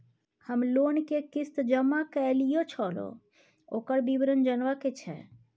हम लोन के किस्त जमा कैलियै छलौं, ओकर विवरण जनबा के छै?